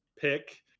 pick